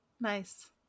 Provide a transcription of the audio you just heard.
nice